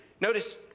Notice